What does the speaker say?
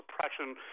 suppression